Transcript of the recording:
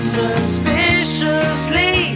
suspiciously